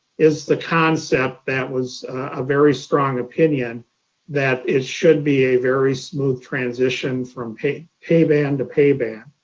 is the concept that was a very strong opinion that it should be a very smooth transition from pay pay band to pay band.